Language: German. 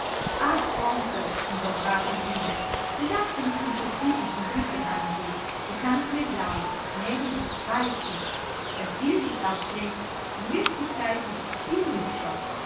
ach onkel unterbrach ihn ilse du darfst sie nicht mit so kritischen blicken ansehen du kannst mir glauben nellie ist reizend das bild ist auch schlecht in wirklichkeit ist sie viel hübscher